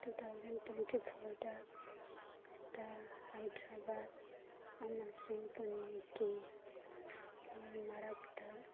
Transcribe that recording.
two thousand twenty ꯐꯣꯔꯗ ꯍꯥꯏꯗ꯭ꯔꯕꯥꯠ ꯑꯃꯁꯨꯡ ꯄꯨꯅꯦꯒꯤ ꯃꯔꯛꯇ